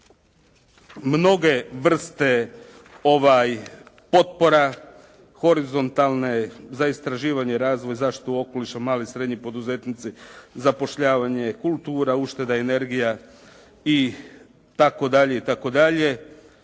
mnoge vrste potpora horizontalne, za istraživanje i razvoj, zaštitu okoliša, mali i srednji poduzetnici, zapošljavanje, kultura, ušteda, energija itd., itd., ali